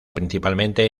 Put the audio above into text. principalmente